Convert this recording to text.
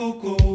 coco